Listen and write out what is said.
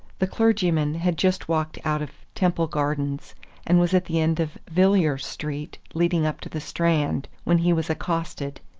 the clergyman had just walked out of temple gardens and was at the end of villiers street leading up to the strand, when he was accosted.